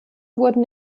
wurden